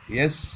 yes